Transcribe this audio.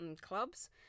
clubs